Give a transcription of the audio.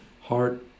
heart